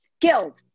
Guild